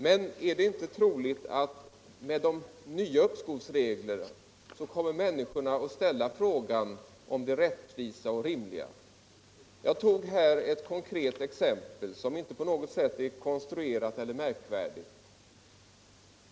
Men är det inte troligare att människorna med de nya uppskovsreglerna kommer att ställa frågan om det rättvisa och rimliga? Jag tog ett konkret exempel som inte på något sätt är onormalt.